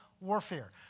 warfare